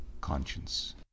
conscience